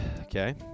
Okay